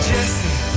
Jesse